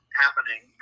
happening